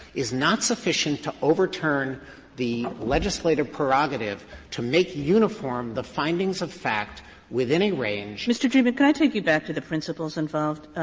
is not sufficient to overturn the legislative prerogative to make uniform the findings of fact within a range kagan mr. dreeben, could i take you back to the principles involved?